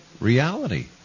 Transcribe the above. reality